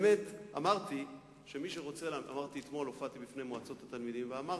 באמת, אתמול הופעתי בפני מועצות התלמידים ואמרתי,